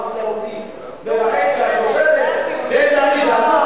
אני מבין שפגעתי בציפור נפשך,